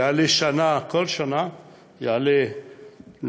יעלה כל שנה למדינה,